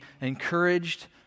encouraged